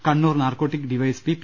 Kannur narcotic D Y S P P